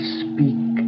speak